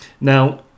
Now